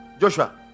Joshua